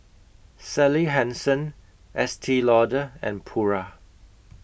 Sally Hansen Estee Lauder and Pura